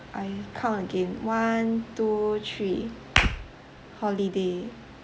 I count again one two three holiday